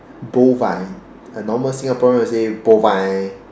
bovine a normal Singaporean will say bovine